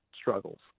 struggles